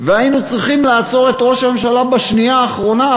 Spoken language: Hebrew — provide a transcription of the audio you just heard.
והיינו צריכים לעצור את ראש הממשלה בשנייה האחרונה,